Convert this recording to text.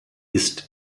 ist